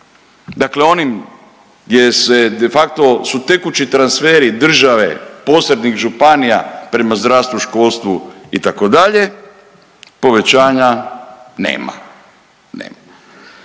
dakle onim gdje se de facto su tekući transferi države posrednik županija prema zdravstvu, školstvu itd. povećanja nema.